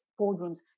boardrooms